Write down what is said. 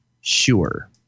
sure